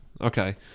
Okay